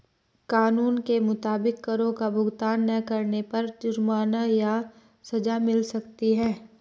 कानून के मुताबिक, करो का भुगतान ना करने पर जुर्माना या सज़ा मिल सकती है